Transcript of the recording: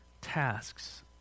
tasks